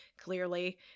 Clearly